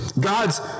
God's